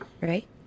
right